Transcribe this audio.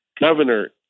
governor